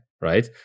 right